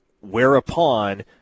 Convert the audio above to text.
whereupon